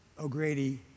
O'Grady